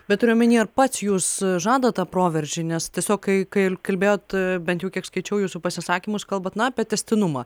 bet turiu omeny ar pats jūs žadat tą proveržį nes tiesiog kai kalbėjot bent jau kiek skaičiau jūsų pasisakymus kalbat na apie tęstinumą